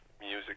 music